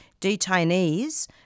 detainees